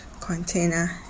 container